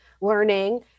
learning